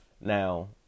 Now